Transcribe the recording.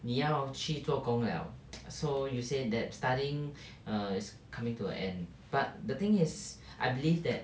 你要去做工了 so you say that studying is err coming to an end but the thing is I believe that